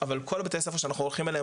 אבל כל בתי הספר שאנחנו הולכים אליהם